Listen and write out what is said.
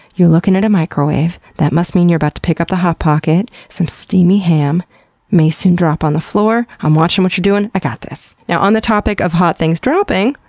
you're looking at a microwave. that must mean you're about to pick up the hot pocket. some steamy ham may soon drop on the floor. i'm watching what you're doing, i got this. now on the topic of hot things dropping,